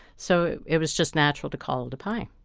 so, it was just natural to call it a pie.